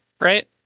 right